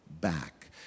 back